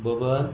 Baban